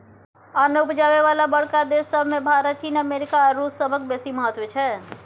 अन्न उपजाबय बला बड़का देस सब मे भारत, चीन, अमेरिका आ रूस सभक बेसी महत्व छै